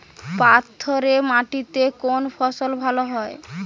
পাথরে মাটিতে কোন ফসল ভালো হয়?